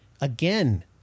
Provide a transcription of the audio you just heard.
again